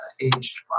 aged